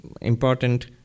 important